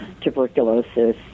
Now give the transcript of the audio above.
tuberculosis